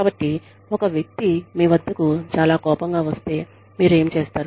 కాబట్టి ఒక వ్యక్తి మీ వద్దకు చాలా చాలా కోపంగా వస్తే మీరు ఏమి చేస్తారు